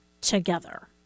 together